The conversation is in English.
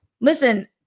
listen